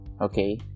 okay